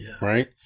right